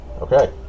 Okay